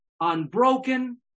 unbroken